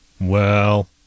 Well